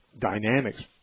dynamics